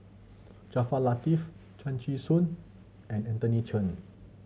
Jaafar Latiff Chan Chee Soon and Anthony Chen